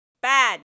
Bad